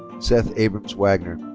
seth abrams wagner.